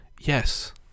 Yes